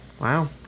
Wow